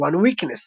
OneWeakness.